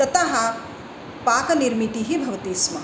ततः पाकनिर्मितिः भवति स्म